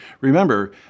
Remember